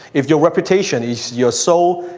if your reputation is your sole,